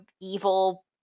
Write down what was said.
evil